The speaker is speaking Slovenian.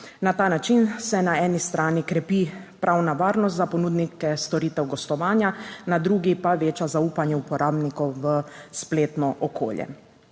Na ta način se na eni strani krepi pravna varnost za ponudnike storitev gostovanja, na drugi pa veča zaupanje uporabnikov v spletno okolje.